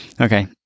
Okay